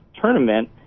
tournament